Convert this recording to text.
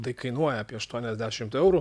tai kainuoja apie aštuoniasdešimt eurų